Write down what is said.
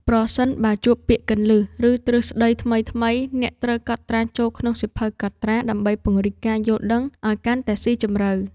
ប្រសិនបើជួបពាក្យគន្លឹះ ឬទ្រឹស្ដីថ្មីៗ អ្នកត្រូវកត់ត្រាចូលក្នុងសៀវភៅកត់ត្រា ដើម្បីពង្រីកការយល់ដឹងឱ្យកាន់តែស៊ីជម្រៅ។